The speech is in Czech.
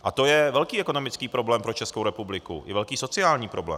A to je velký ekonomický problém pro Českou republiku, i velký sociální problém.